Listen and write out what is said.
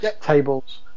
tables